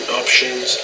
options